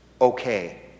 okay